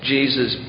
Jesus